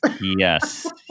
Yes